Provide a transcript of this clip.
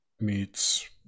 meets